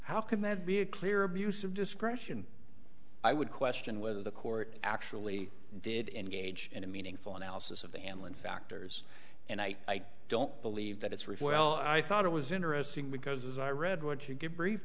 how can that be a clear abuse of discretion i would question whether the court actually did engage in a meaningful analysis of annalyn factors and i don't believe that it's very well i thought it was interesting because as i read what you get brief